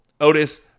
Otis